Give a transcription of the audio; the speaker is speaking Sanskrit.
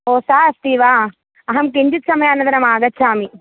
ओ सा अस्ति वा अहं किञ्चित् समयानन्तरम् आगच्छामि